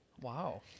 Wow